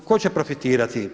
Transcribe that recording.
Tko će profitirati?